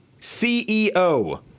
CEO